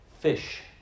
fish